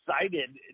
excited